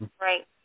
Right